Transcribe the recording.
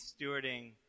stewarding